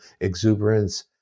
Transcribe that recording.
exuberance